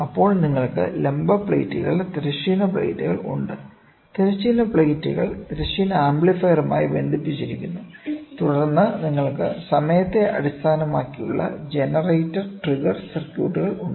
അപ്പോൾ നിങ്ങൾക്ക് ലംബ പ്ലേറ്റുകൾ തിരശ്ചീന പ്ലേറ്റുകൾ ഉണ്ട് തിരശ്ചീന പ്ലേറ്റുകൾ തിരശ്ചീന ആംപ്ലിഫയറുമായി ബന്ധിപ്പിച്ചിരിക്കുന്നു തുടർന്ന് നിങ്ങൾക്ക് സമയത്തെ അടിസ്ഥാനമാക്കിയുള്ള ജനറേറ്റർ ട്രിഗർ സർക്യൂട്ടുകൾ ഉണ്ട്